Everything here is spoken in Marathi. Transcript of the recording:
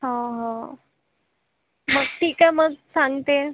हो हो मग ठीक आहे मग सांगते